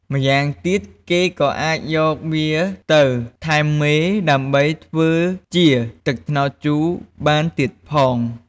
ម្យ៉ាងទៀតគេក៏អាចយកវាទៅថែមមេ ដើម្បីធ្វើជាទឹកត្នោតជូរបានទៀតផង។